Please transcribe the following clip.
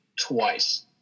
twice